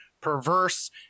perverse